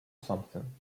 something